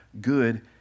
good